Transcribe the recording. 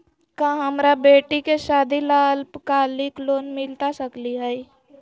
का हमरा बेटी के सादी ला अल्पकालिक लोन मिलता सकली हई?